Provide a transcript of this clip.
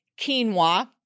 quinoa